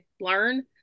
learn